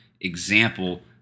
example